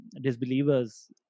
disbelievers